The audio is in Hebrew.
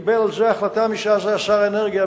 קיבל על זה החלטה מי שהיה אז שר האנרגיה,